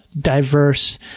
diverse